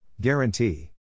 Guarantee